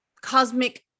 cosmic